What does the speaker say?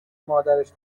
مادرش